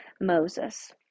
Moses